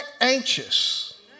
anxious